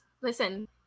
Listen